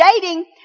dating